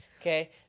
Okay